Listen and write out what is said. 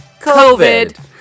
COVID